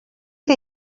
que